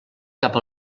cap